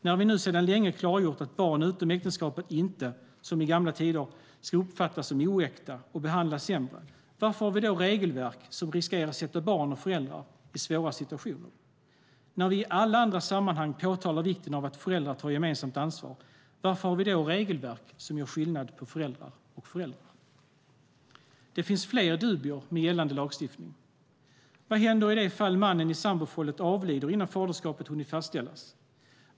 När vi nu sedan länge klargjort att barn utom äktenskapet inte - som i gamla tider - ska uppfattas som oäkta och behandlas sämre, varför har vi då regelverk som riskerar att sätta barn och föräldrar i svåra situationer? När vi i alla andra sammanhang påtalar vikten av att föräldrar tar gemensamt ansvar, varför har vi då regelverk som gör skillnad på föräldrar och föräldrar? Det finns fler dubier med gällande lagstiftning. Vad händer i det fall mannen i samboförhållandet avlider innan faderskapet hunnit fastställas?